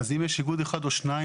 אז אם יש איגוד אחד או שניים,